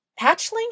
Hatchling